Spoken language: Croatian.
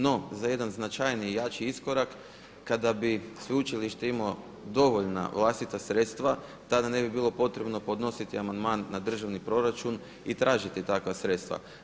No za jedan značajniji i jači iskorak kada bi sveučilište imao dovoljna vlastita sredstva tada ne bi bilo potrebno podnositi amandman na državni proračun i tražiti takva sredstva.